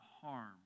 harm